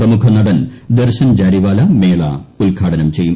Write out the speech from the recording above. പ്രമുഖ നടൻ ദർശൻ ജാരിവാല മേള ഉദ്ഘാടനം ചെയ്യും